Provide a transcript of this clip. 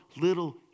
little